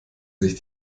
sich